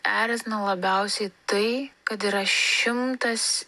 erzina labiausiai tai kad yra šimtas